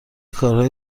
کارهای